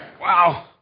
Wow